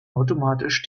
automatisch